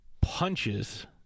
punches